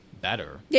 better